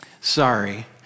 sorry